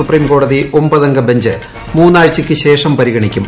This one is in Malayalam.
സൂപ്രീംകോടതി ഒമ്പതംഗ ബഞ്ച് മൂന്നാഴ്ചയ്ക്ക് ശേഷം പരിഗണിക്കും